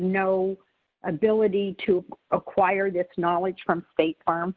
no ability to acquire this knowledge from state farm